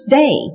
day